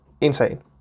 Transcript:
insane